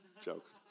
Joke